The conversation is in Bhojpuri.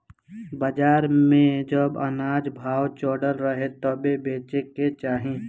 बाजार में जब अनाज भाव चढ़ल रहे तबे बेचे के चाही